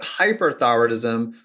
hyperthyroidism